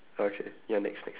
okay ya next next